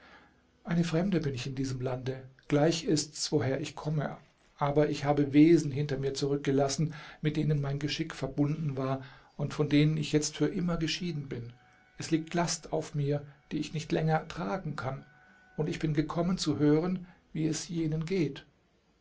eine fremde bin ich in diesem lande gleich ists woher ich komme aber ich habe wesen hinter mir zurückgelassen mit denen mein geschick verbunden war und von denen ich jetzt für immer geschieden bin es liegt last auf mir die ich nicht länger tragen kann und ich bin gekommen zu hören wie es jenen geht